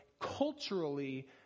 culturally